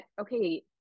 okay